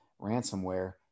ransomware